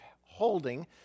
holding